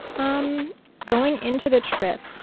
um going into the trip,